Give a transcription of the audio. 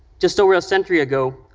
just over a century ago,